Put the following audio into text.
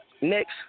Next